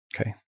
Okay